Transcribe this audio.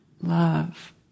love